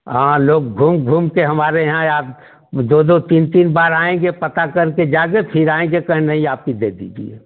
हाँ लोग घूम घूम के हमारे यहाँ अब दो दो तीन तीन बार आएँगे पता कर के जाएँगे फिर आएंगे कहें नहीं आप ही दे दीजिए